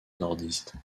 nordiste